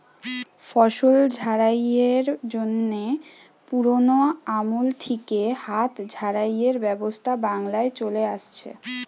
ফসল ঝাড়াইয়ের জন্যে পুরোনো আমল থিকে হাত ঝাড়াইয়ের ব্যবস্থা বাংলায় চলে আসছে